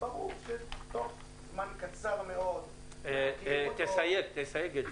ברור שתוך זמן קצר מאוד --- תסייג את זה.